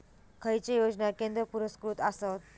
खैचे योजना केंद्र पुरस्कृत आसत?